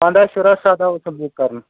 پَنٛداہ شُراہ سداہ اکتوبر کرُن